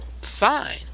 Fine